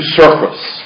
surface